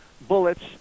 bullets